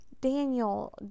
Daniel